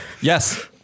Yes